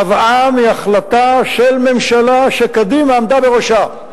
נבעה מהחלטה של ממשלה שקדימה עמדה בראשה.